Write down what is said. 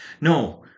No